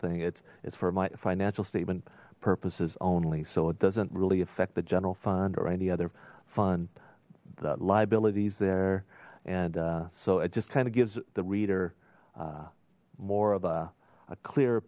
thing it's it's for my financial statement purposes only so it doesn't really affect the general fund or any other fund the liabilities there and so it just kind of gives the reader more of a clear